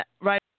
right